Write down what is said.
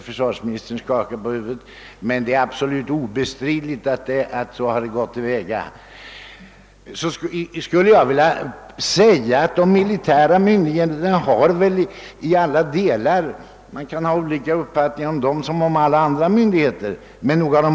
Försvarsministern skakar nu på huvudet, men det är absolut obestridligt att man gått till väga på det sättet. De militära myndigheterna har väl på alla punkter, ehuru man kan ha olika uppfattningar om dem som om alla andra myndigheter, varit lojala.